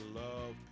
love